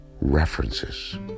references